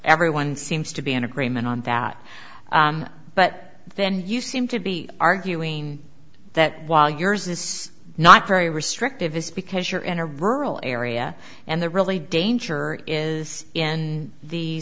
everyone seems to be in agreement on that but then you seem to be arguing that while yours is not very restrictive it's because you're in a rural area and the really danger is in the